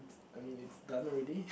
I mean it's done already